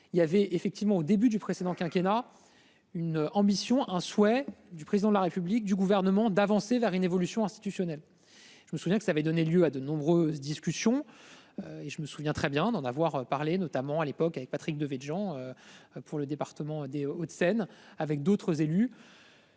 il y avait effectivement au début du précédent quinquennat. Une ambition, un souhait du président de la République, du gouvernement d'avancer vers une évolution institutionnelle. Je me souviens que ça avait donné lieu à de nombreuses discussions. Et je me souviens très bien d'en avoir parlé notamment à l'époque avec Patrick Devedjian. Pour le département des Hauts-de-Seine avec d'autres élus.